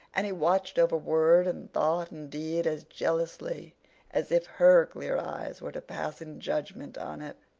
and he watched over word and thought and deed as jealously as if her clear eyes were to pass in judgment on it.